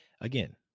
again